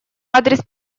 адрес